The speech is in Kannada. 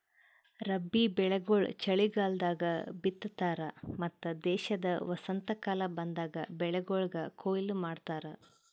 ರಬ್ಬಿ ಬೆಳಿಗೊಳ್ ಚಲಿಗಾಲದಾಗ್ ಬಿತ್ತತಾರ್ ಮತ್ತ ದೇಶದ ವಸಂತಕಾಲ ಬಂದಾಗ್ ಬೆಳಿಗೊಳಿಗ್ ಕೊಯ್ಲಿ ಮಾಡ್ತಾರ್